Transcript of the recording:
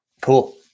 Cool